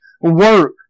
work